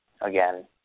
again